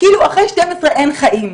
כאילו אחרי שתים עשרה אין חיים.